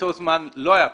באותו זמן לא היה פיקוח.